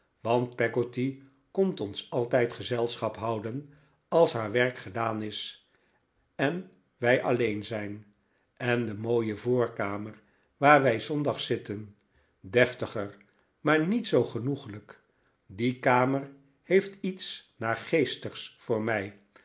want peggotty komt ons altijd gezelschap houden als haar werk gedaan is en wij alleen zijn en de mooie voorkamer waar wij s zondags zitten deftiger maar niet zoo genoeglijk die kamer heeft iets naargeestigs voor mij